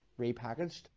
repackaged